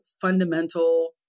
fundamental